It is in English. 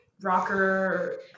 rocker